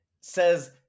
says